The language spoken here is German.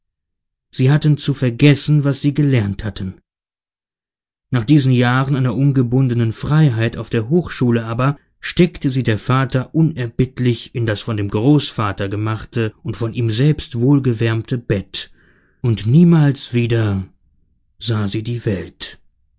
sie hatten zu vergessen was sie gelernt hatten nach diesen jahren einer ungebundenen freiheit auf der hochschule aber steckte sie der vater unerbittlich in das von dem großvater gemachte und von ihm selbst wohlgewärmte bett und niemals wieder sah sie die welt